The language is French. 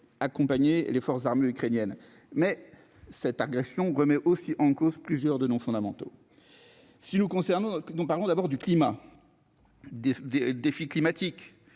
accompagner les forces armées ukrainiennes mais cette agression remet aussi en cause plusieurs de nos fondamentaux si nous concernant, nous parlons d'abord du climat des des défis climatiques